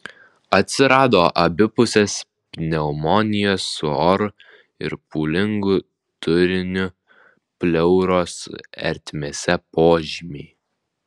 atsirado abipusės pneumonijos su oru ir pūlingu turiniu pleuros ertmėse požymiai